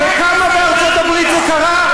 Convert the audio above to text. וכמה בארצות-הברית זה קרה?